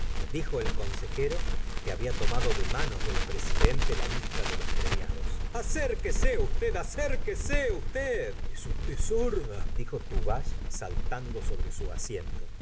dijo el consejero que había tomado de manos del presidente la lista de los premiados acérquese usted acérquese usted usted sorda dijo tuvache saltando sobre su asiento